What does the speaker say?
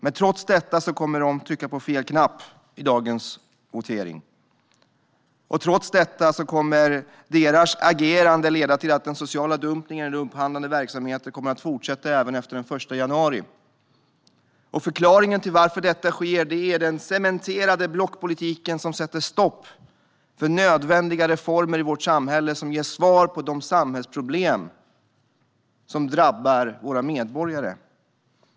Men trots detta kommer de att trycka på fel knapp vid dagens votering, och oppositionens agerande kommer att leda till att den sociala dumpningen i upphandlande verksamheter kommer att fortsätta även efter den 1 januari. Förklaringen till att detta sker är den cementerade blockpolitiken, som sätter stopp för de nödvändiga reformer i vårt samhälle som ger svar på de samhällsproblem som drabbar våra medborgare.